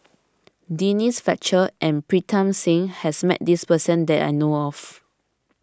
Denise Fletcher and Pritam Singh has met this person that I know of